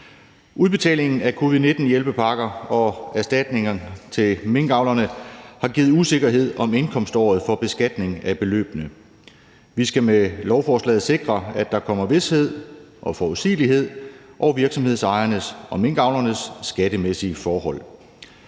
Udbetalingen af covid-19-hjælpepakker og erstatningerne til minkavlerne har givet usikkerhed om indkomståret for beskatning af beløbene. Vi skal med lovforslaget sikre, at der kommer vished og forudsigelighed over virksomhedsejernes og minkavlernes skattemæssige forhold.